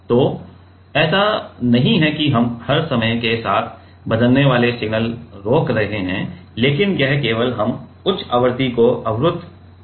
तो ऐसा नहीं है कि हम हर समय के साथ बदलने वाले सिग्नल रोक रहे हैं लेकिन यह केवल हम उच्च आवृत्ति को अवरुद्ध कर रहे हैं